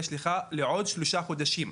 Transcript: יש לך לעוד שלושה חודשים,